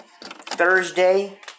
Thursday